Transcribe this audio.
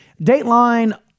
Dateline